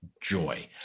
joy